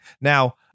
Now